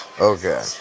Okay